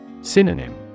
Synonym